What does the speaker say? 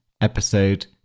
episode